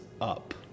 up